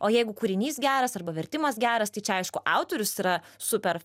o jeigu kūrinys geras arba vertimas geras tai čia aišku autorius yra super